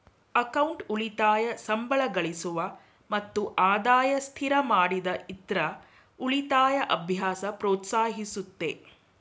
account ಉಳಿತಾಯ ಸಂಬಳಗಳಿಸುವ ಮತ್ತು ಆದಾಯ ಸ್ಥಿರಮಾಡಿದ ಇತ್ರ ಉಳಿತಾಯ ಅಭ್ಯಾಸ ಪ್ರೋತ್ಸಾಹಿಸುತ್ತೆ